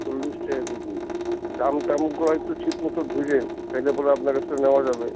চল্লিশ টাকা কেজি দাম টামগুলো একটু ঠিক মতো ধরুন তাহলে পরে আপনার কাছ থেকে নেওয়া যাবে